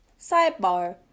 sidebar